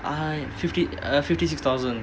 I fifty uh fifty six thousand